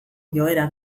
joera